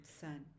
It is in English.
son